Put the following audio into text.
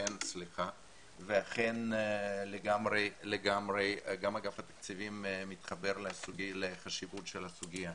ואכן לגמרי גם אגף התקציבים מתחבר לחשיבות של הסוגיה.